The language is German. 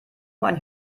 mein